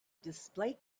display